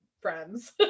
friends